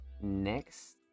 next